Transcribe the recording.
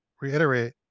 reiterate